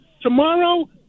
Tomorrow